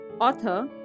author